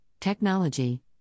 technology